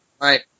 Right